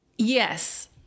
Yes